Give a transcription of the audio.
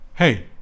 Hey